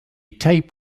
tape